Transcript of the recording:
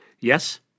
Yes